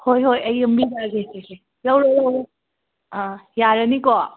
ꯍꯣꯏ ꯍꯣꯏ ꯑꯩ ꯌꯣꯝꯕꯤꯔꯛꯑꯒꯦ ꯁꯦ ꯁꯦ ꯂꯧꯔꯣ ꯂꯧꯔꯣ ꯑꯥ ꯌꯥꯔꯅꯤꯀꯣ